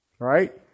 Right